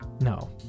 No